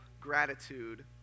gratitude